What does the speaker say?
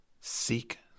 Seek